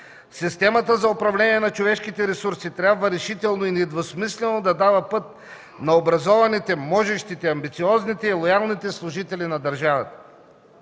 Системата за управление на човешките ресурси трябва решително и недвусмислено да дава път на образованите, можещите, амбициозните и лоялните служители на държавата.